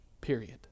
Period